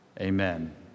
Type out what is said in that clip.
Amen